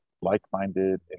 like-minded